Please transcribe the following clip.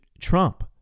Trump